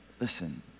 Listen